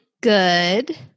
good